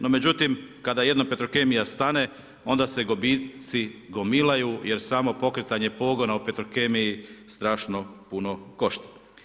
No međutim kada jednom Petrokemija stane onda se gubitci gomilaju jer samo pokretanje pogona u Petrokemiji strašno puno košta.